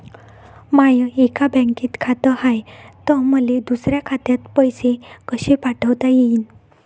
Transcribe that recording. माय एका बँकेत खात हाय, त मले दुसऱ्या खात्यात पैसे कसे पाठवता येईन?